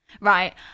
Right